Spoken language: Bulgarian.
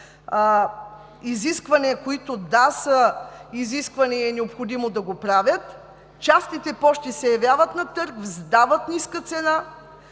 изисквания, които – да, са изисквания, необходими да ги правят, частните пощи се явяват на търг, дават ниска цена,